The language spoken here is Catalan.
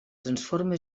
transforma